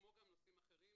כמו גם נושאים אחרים.